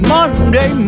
Monday